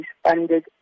Funded